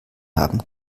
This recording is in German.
haben